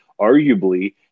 arguably